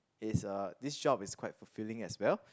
is uh this job is quite fulfilling as well